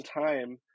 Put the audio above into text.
time